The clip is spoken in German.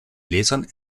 lesern